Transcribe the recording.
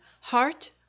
heart